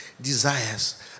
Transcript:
desires